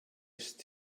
est